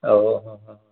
അതെ ഹ ഹ